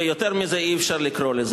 ויותר מזה אי-אפשר לקרוא לזה.